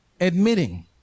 admitting